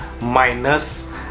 minus